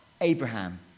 Abraham